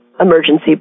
emergency